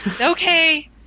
Okay